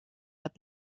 het